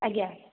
ଆଜ୍ଞା